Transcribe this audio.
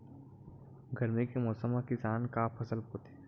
गरमी के मौसम मा किसान का फसल बोथे?